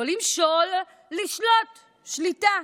לא למשול, לשלוט שליטה.